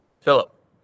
Philip